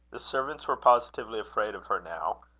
the servants were positively afraid of her now,